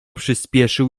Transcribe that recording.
przyspieszył